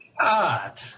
God